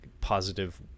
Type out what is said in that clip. positive